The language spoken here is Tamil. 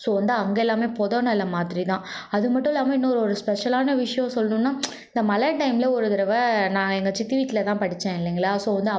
ஸோ வந்து அங்கே எல்லாமே பொதை நிலம் மாதிரி தான் அதுமட்டும் இல்லாமல் இன்னொரு ஒரு ஸ்பெஷலான விஷயம் சொல்லணும்னால் இந்த மழை டைமில் ஒரு தடவை நான் எங்கள் சித்தி வீட்டில்தான் படித்தேன் இல்லைங்களா ஸோ வந்து